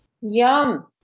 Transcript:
Yum